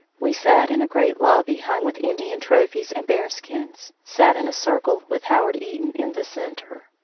we sat in a great lobby hung with indian trophies and bearskins, sat in a circle with howard eaton in the center.